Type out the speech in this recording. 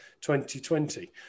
2020